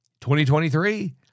2023